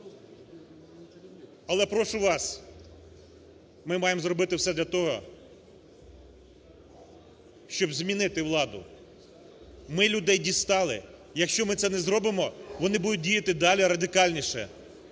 Але прошу вас, ми маємо зробити все для того, щоб змінити владу, ми людей дістали. Якщо ми це не зробимо, вони будуть діяти далі радикальніше,